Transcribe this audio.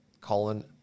Colin